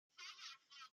firefox